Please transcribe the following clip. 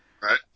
right